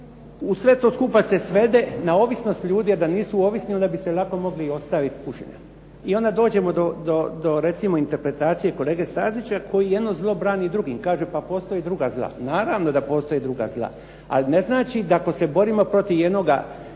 u sve to skupa se svede na ovisnost ljudi jer da nisu ovisni onda bi se lako mogli i ostaviti pušenja. I onda dođemo do recimo interpretacije kolege Stazića koji jedno zlo brani drugim. Kaže pa postoje druga zla. Naravno da postoje druga zla, ali ne znači da ako se borimo protiv jednoga,